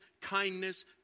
kindness